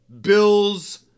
Bills